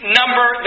number